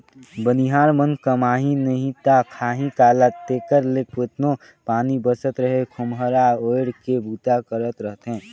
बनिहार मन कमाही नही ता खाही काला तेकर ले केतनो पानी बरसत रहें खोम्हरा ओएढ़ के बूता करत रहथे